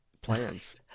plans